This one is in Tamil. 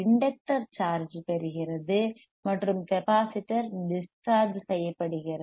இண்டக்டர் சார்ஜ் பெறுகிறது மற்றும் கெப்பாசிட்டர் டிஸ் சார்ஜ் செய்யப்படுகிறது